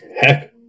heck